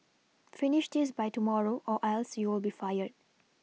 finish this by tomorrow or else you'll be fired